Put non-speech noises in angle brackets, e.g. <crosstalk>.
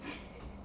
<laughs>